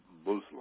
Muslim